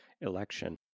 election